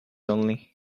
only